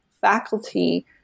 faculty